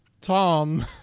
Tom